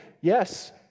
yes